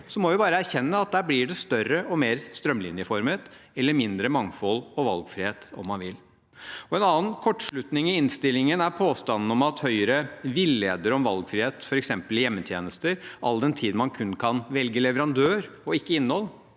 må vi bare erkjenne at det blir større og mer strømlinjeformet, eller mindre mangfold og valgfrihet, om man vil. En annen kortslutning i innstillingen er påstanden om at Høyre villeder om valgfrihet, f.eks. i hjemmetjenester, all den tid man kun kan velge leverandør og ikke innhold,